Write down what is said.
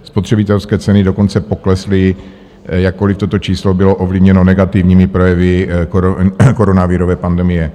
Spotřebitelské ceny dokonce poklesly, jakkoliv toto číslo bylo ovlivněno negativními projevy koronavirové pandemie.